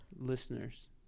Listeners